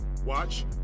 Watch